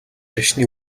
шашны